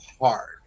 hard